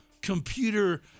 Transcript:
computer